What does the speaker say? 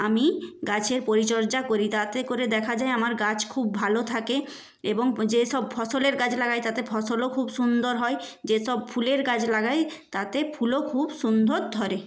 আমি গাছের পরিচর্যা করি তাতে করে দেখা যায় আমার গাছ খুব ভালো থাকে এবং যেসব ফসলের গাছ লাগাই তাতে ফসলও খুব সুন্দর হয় যেসব ফুলের গাছ লাগাই তাতে ফুলও খুব সুন্দর ধরে